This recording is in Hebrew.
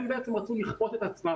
הם בעצם רצו לכפות את עצמם.